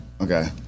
Okay